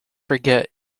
forget